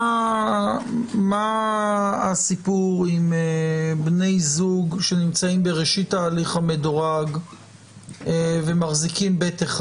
מה הסיפור עם בני זוג שנמצאים בראשית ההליך המדורג ומחזיקים ב1?